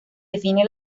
define